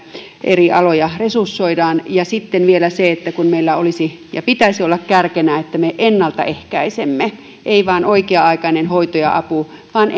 eri aloja resursoidaan sitten vielä se että kun meillä pitäisi olla kärkenä että me ennaltaehkäisemme ei vain oikea aikainen hoito ja apu vaan